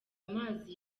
amazi